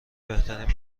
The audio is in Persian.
بهترین